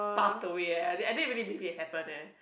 passed away eh I I didn't even believe it happened eh